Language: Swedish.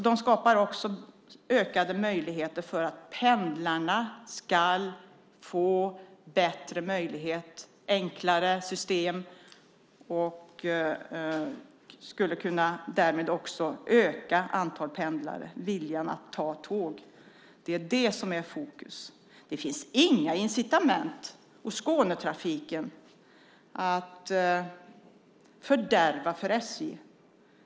Det skapas ökade möjligheter för att pendlarna ska få bättre och enklare system så att antalet pendlare ökar genom att viljan att ta tåg ökar. Det är det som är i fokus. Det finns inga incitament hos Skånetrafiken att fördärva för SJ.